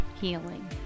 healing